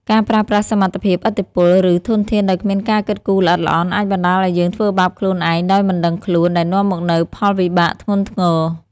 ការប្រើប្រាស់សមត្ថភាព ឥទ្ធិពល ឬធនធានដោយគ្មានការគិតគូរល្អិតល្អន់ អាចបណ្ដាលឲ្យយើងធ្វើបាបខ្លួនឯងដោយមិនដឹងខ្លួន ដែលនាំមកនូវផលវិបាកធ្ងន់ធ្ងរ។